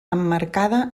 emmarcada